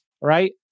right